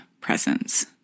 presence